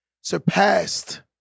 surpassed